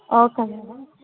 okay madam